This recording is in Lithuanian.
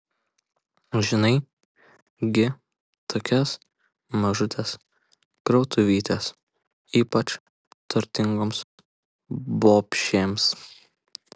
žinai gi tokias mažutės krautuvytės ypač turtingoms bobšėms